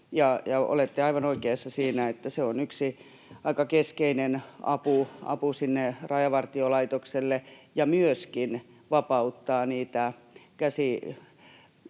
Olette aivan oikeassa siinä, että se on yksi aika keskeinen apu Rajavartiolaitokselle ja myöskin vapauttaa niitä henkilöitä